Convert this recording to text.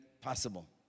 possible